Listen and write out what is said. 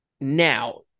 now-